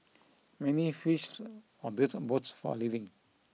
many fished or built boats for a living